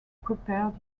prepared